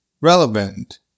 relevant